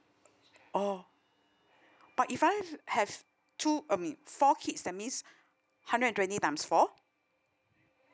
oh but if I have two I mean four kids that means hundred and twenty times four